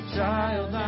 Child